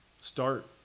start